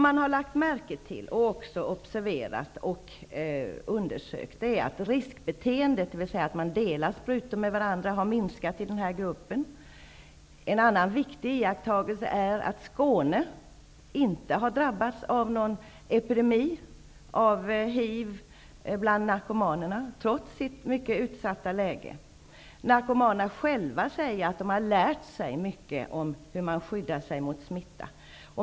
Man har observerat att riskbeteendet, dvs. att narkomaner delar sprutor med varandra, har minskat i gruppen. En annan viktig iakttagelse är att Skåne inte har drabbats av någon epidemi av HIV bland narkomanerna, trots sitt mycket utsatta läge. Narkomanerna själva säger att de har lärt sig mycket om hur de skyddar sig mot smitta.